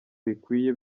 bikwiye